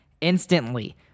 instantly